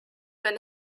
wenn